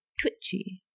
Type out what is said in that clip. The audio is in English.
twitchy